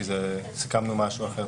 כי סיכמנו משהו אחר.